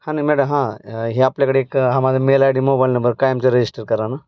हा नाही मॅडम हां हे आपल्याकडे एक हा माझा mail I D mobile number कायमचा रजिस्टर करा ना